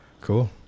cool